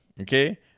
okay